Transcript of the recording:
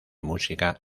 música